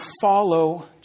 follow